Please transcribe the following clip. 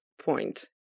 point